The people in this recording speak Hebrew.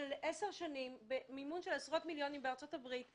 מחקר שנמשך עשר שנים במימון של עשרות מיליונים בארצות הברית,